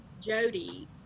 Jody